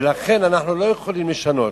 ולכן אנחנו לא יכולים לשנות.